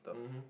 mmhmm